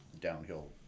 downhill